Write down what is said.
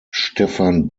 stefan